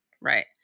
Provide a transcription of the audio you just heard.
Right